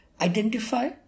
Identify